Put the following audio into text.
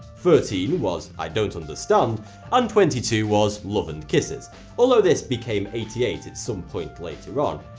thirteen was i don't understand and twenty two was love and kisses although this became eighty eight at some point later on,